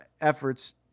efforts